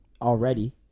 already